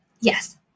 yes